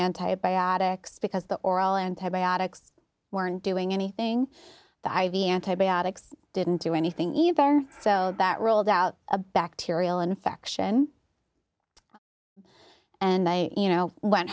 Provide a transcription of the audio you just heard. antibiotics because the oral antibiotics weren't doing anything the i v antibiotics didn't do anything either so that rolled out a bacterial infection and i you know went